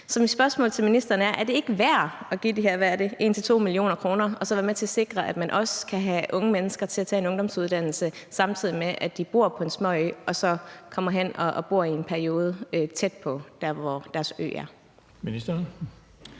Så mit spørgsmål til ministeren er: Er det ikke det værd at give de her 1-2 mio. kr. og så være med til at sikre, at unge mennesker kan tage en ungdomsuddannelse, samtidig med at de bor på en småø og så i en periode kommer hen og bor tæt på, hvor deres ø